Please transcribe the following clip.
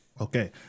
Okay